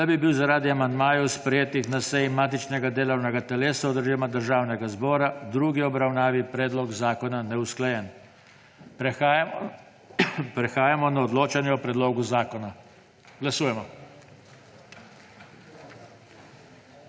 da bi bil zaradi amandmajev, sprejetih na seji matičnega delovnega telesa oziroma Državnem zbora v drugi obravnavi, predlog zakona neusklajen. Prehajamo na odločanje o predlogu zakona. Glasujemo.